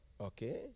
Okay